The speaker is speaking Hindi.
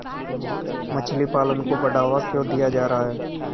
मछली पालन को बढ़ावा क्यों दिया जा रहा है?